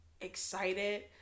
excited